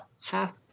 half